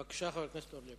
בבקשה, חבר הכנסת זבולון